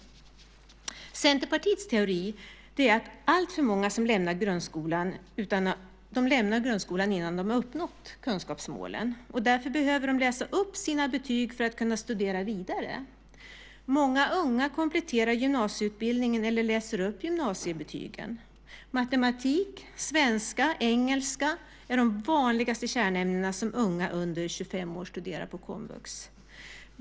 Centerpartiets teori är att alltför många lämnar grundskolan utan att ha uppnått kunskapsmålen och därför behöver läsa upp sina betyg för att kunna studera vidare. Många unga kompletterar gymnasieutbildningen eller läser upp gymnasiebetygen. Matematik, svenska och engelska är de vanligaste kärnämnen som unga under 25 år studerar på komvux.